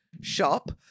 shop